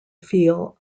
feel